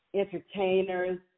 entertainers